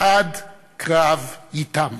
עד קרב ייתם.